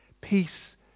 Peace